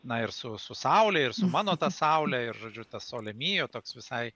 na ir su su saule ir su mano ta saule ir žodžiu tas sole mio toks visai